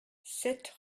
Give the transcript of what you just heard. sept